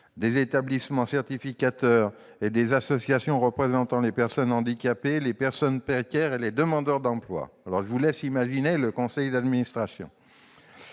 des établissements certificateurs et des associations représentant les personnes handicapées, les personnes précaires et les demandeurs d'emploi. Je vous laisse imaginer à quoi il ressemblerait